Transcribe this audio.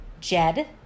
Jed